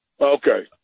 Okay